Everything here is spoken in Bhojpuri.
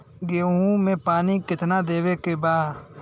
गेहूँ मे पानी कितनादेवे के बा?